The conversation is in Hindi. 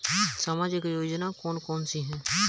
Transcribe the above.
सामाजिक योजना कौन कौन सी हैं?